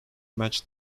match